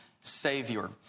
Savior